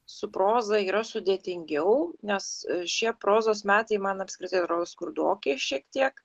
su proza yra sudėtingiau nes šie prozos metai man apskritai yra skurdoki šiek tiek